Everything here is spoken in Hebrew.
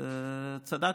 צדקת.